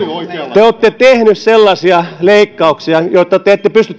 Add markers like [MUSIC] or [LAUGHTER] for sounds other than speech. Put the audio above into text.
te te olette tehneet sellaisia leikkauksia joita te ette pysty [UNINTELLIGIBLE]